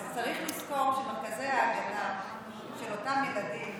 אז צריך לזכור שמרכזי ההגנה של אותם ילדים